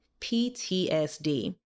PTSD